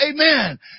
Amen